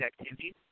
activities